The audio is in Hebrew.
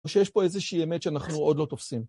או שיש פה איזושהי אמת שאנחנו עוד לא תופסים.